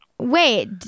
Wait